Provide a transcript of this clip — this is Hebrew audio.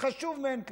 חשוב מאין כמוהו.